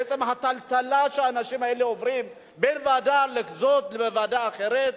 בעצם הטלטלה שהאנשים האלה עוברים בין ועדה זאת לוועדה אחרת,